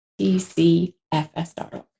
Tcfs.org